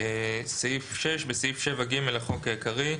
תיקון סעיף 7ג 6. בסעיף 7ג לחוק העיקרי,